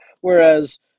whereas